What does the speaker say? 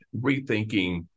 rethinking